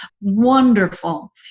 Wonderful